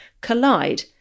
collide